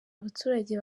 abaturage